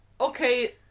Okay